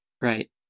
Right